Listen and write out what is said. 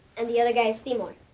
and the other guy is seymour?